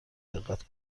دقت